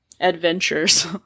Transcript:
adventures